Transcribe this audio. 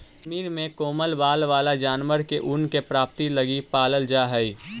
कश्मीर में कोमल बाल वाला जानवर के ऊन के प्राप्ति लगी पालल जा हइ